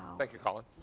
thank you, colin.